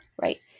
right